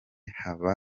haba